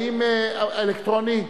האם אלקטרוני?